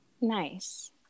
Nice